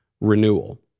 renewal